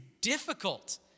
difficult